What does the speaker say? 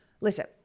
listen